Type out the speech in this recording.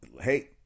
hey